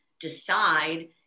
decide